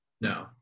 No